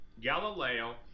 Galileo